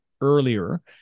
earlier